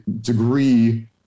degree